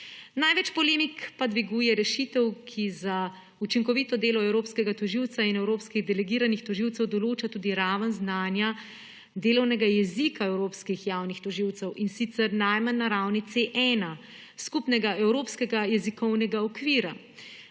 Največ polemik pa dviguje rešitev, ki za učinkovito delo evropskega tožilca in evropskih delegiranih tožilcev določa tudi raven znanja delovnega jezika evropskih javnih tožilcev, in sicer najmanj na ravni C1 skupnega evropskega jezikovnega okvira.